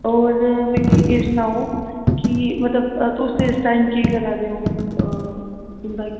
होर मिगी एह् सनाओ मतलब कि तुस इस टाइम केह् करा दे ओ तुं'दा